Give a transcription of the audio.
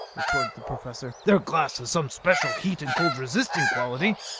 retorted the professor, their glass has some special heat and cold resisting quality.